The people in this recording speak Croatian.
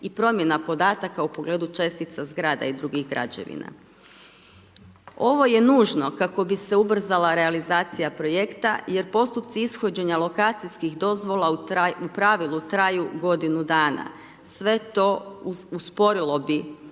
i promjena podataka u pogledu čestica zgrade i drugih građevina. Ovo je nužno kako bi se ubrzala realizacija projekta jer postupci ishođenja lokacijskih dozvola u pravilu traju godinu dana sve to usporilo bi